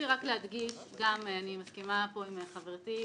מסכימה עם חברתי,